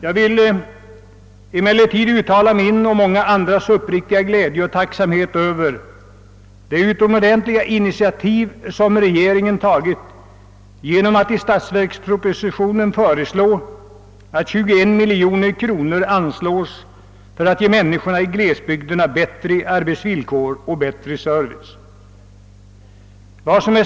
Jag vill emellertid uttala min och många andras uppriktiga glädje och tacksamhet över det utomordentliga initiativ som regeringen tagit genom att i statsverkspropositionen begära att 21 miljoner kronor anslås för att ge glesbygdernas människor bättre arbetsvillkor och bättre service.